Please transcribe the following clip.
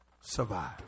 survive